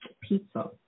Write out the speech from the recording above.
pizza